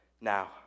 now